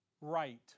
right